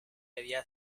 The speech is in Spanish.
había